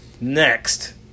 Next